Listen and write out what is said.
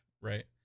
right